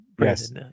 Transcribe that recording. Yes